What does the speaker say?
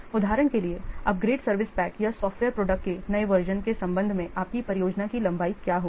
उदाहरण के लिए अपग्रेड सर्विस पैक या सॉफ़्टवेयर प्रोडक्ट के नए वर्जन के संबंध में आपकी परियोजना की लंबाई क्या होगी